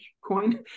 coin